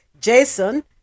Jason